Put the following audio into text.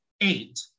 eight